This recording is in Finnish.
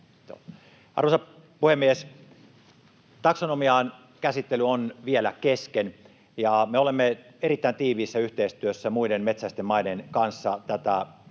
Arvoisa puhemies! Taksonomian käsittely on vielä kesken. Me olemme erittäin tiiviissä yhteistyössä muiden metsäisten maiden kanssa tätä komission